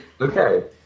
Okay